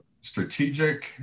strategic